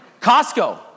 Costco